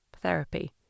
therapy